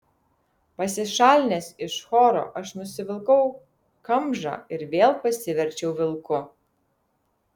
pasišalinęs iš choro aš nusivilkau kamžą ir vėl pasiverčiau vilku